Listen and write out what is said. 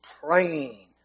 praying